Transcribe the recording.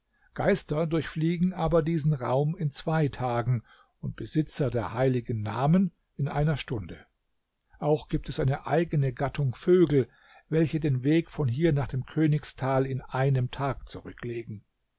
geister durchfliegen aber diesen raum in zwei tagen und besitzer der heiligen namen in einer stunde auch gibt es eine eigene gattung vögel welche den weg von hier nach dem königstal in einem tag zurücklegen